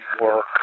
work